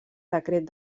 decret